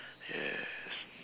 yes